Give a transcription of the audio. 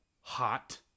hot